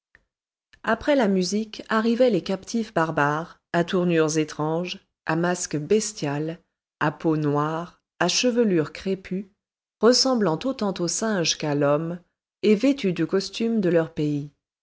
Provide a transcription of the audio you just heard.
après la musique arrivaient les captifs barbares à tournures étranges à masque bestial à peau noire à chevelure crépue ressemblant autant au singe qu'à l'homme et vêtus du costume de leur pays